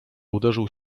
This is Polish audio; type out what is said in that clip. uderzył